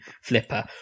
flipper